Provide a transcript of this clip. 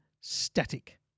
static